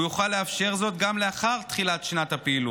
הוא יוכל לאפשר זאת גם לאחר תחילת שנת הפעילות.